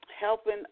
helping